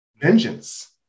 vengeance